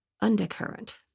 Undercurrent